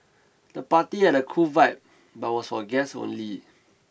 the party had a cool vibe but was for guests only